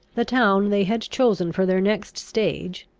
the town they had chosen for their next stage,